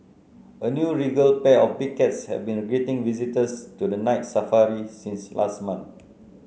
a new regal pair of big cats has been greeting visitors to the Night Safari since last month